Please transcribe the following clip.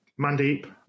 Mandeep